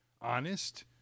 honest